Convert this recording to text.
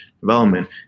development